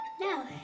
no